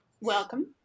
Welcome